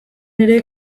ere